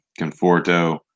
Conforto